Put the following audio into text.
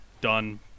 done